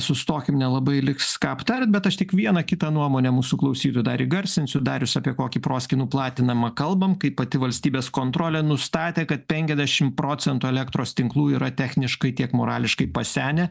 sustokim nelabai liks ką aptart bet aš tik vieną kitą nuomonę mūsų klausytoju dar įgarsinsiu darius apie kokį proskynų platinamą kalbam kai pati valstybės kontrolė nustatė kad penkiasdešim procentų elektros tinklų yra techniškai tiek morališkai pasenę